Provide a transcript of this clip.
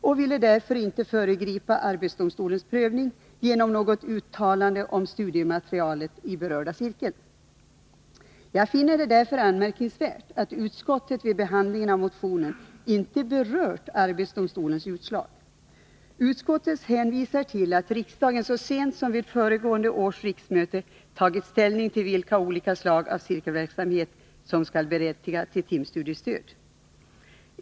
Han ville därför inte föregripa arbetsdomstolens prövning genom något uttalande om studiematerialet i berörd cirkel. Jag finner det därför anmärkningsvärt att utskottet vid behandlingen av motionen inte har berört arbetsdomstolens utslag. Utskottet hänvisar till att riksdagen så sent som under föregående års riksmöte tog ställning till vilka olika slag av cirkelverksamhet som skall berättiga till timstudiestöd.